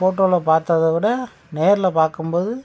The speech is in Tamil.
போட்டோவில் பார்த்ததைவிட நேரில் பார்க்கும் போது